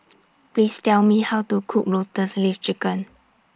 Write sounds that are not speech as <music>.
<noise> Please Tell Me How to Cook Lotus Leaf Chicken